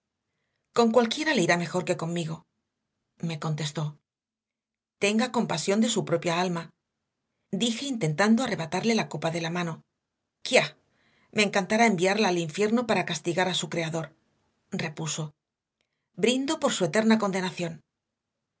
con cualquiera le irá mejor que conmigo me contestó tenga compasión de su propia alma dije intentando arrebatarle la copa de la mano quia me encantará enviarla al infierno para castigar a su creador repuso brindo por su eterna condenación